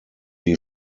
die